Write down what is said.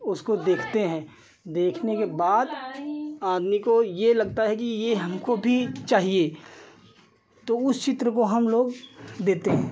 उसको देखते हैं देखने के बाद आदमी को यह लगता है कि यह हमको भी चाहिए तो उस चित्र को हमलोग देते हैं